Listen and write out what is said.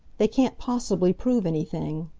they can't possibly prove anything.